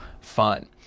fun